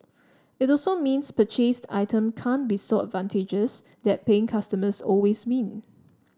it also means purchased item can't be so advantageous that paying customers always win